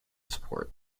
support